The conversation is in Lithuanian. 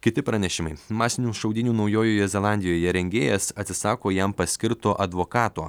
kiti pranešimai masinių šaudynių naujojoje zelandijoje rengėjas atsisako jam paskirto advokato